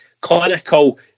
Clinical